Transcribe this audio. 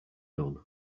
done